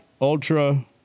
Ultra